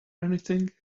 anything